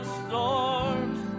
storms